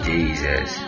Jesus